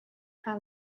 hna